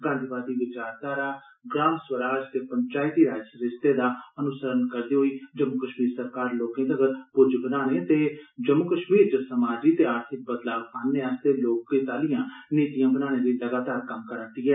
गांधीवादी विचारघारा ग्राम स्वराज ते पंचैती राज सरिस्ते दा अनुसरण करदे होई जम्मू कश्मीर सरकार लोकें तगर पुज्ज बनाने ते जम्मू कश्मीर इच समाजी ते आर्थिक बदलाव आनने आस्तै लोकें अधारित नीतियां बनाने लेई लगातार कम्म करा'रदी ऐ